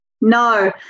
No